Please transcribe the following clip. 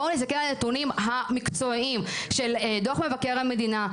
בואו נסתכל על הנתונים המקצועיים של דוח מבקר המדינה,